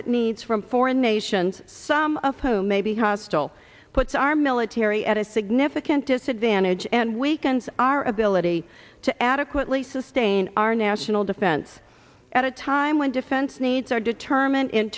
needs from foreign nations some of whom may be hostile puts our military at a significant disadvantage and weakens our ability to adequately sustain our national defense at a time when defense needs are determined in